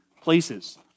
places